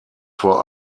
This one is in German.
vor